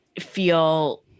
feel